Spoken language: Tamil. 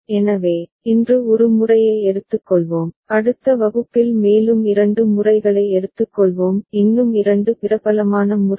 எனவே இன்று ஒரு முறையை எடுத்துக்கொள்வோம் அடுத்த வகுப்பில் மேலும் இரண்டு முறைகளை எடுத்துக்கொள்வோம் இன்னும் இரண்டு பிரபலமான முறைகள்